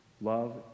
love